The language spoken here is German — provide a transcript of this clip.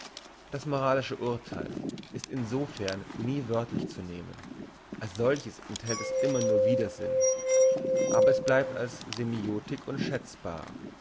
das moralische urtheil ist insofern nie wörtlich zu nehmen als solches enthält es immer nur widersinn aber es bleibt als semiotik unschätzbar